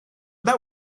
that